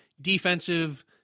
defensive